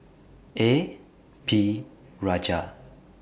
A P Rajah